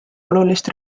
olulist